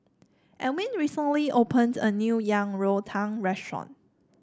Ewell recently opened a new Yang Rou Tang restaurant